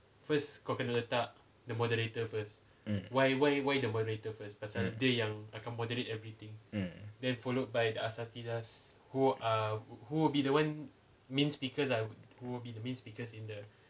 mm mm mm